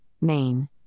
main